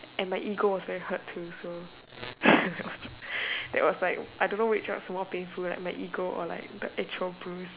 and my ego was very hurt too so that was like I don't know which one was more painful like my ego or like the actual bruise